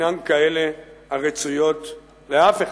אינן כאלה הרצויות לאף אחד.